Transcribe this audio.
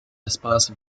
espaces